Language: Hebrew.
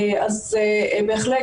אז בהחלט,